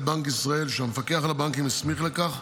בנק ישראל שהמפקח על הבנקים הסמיך לכך,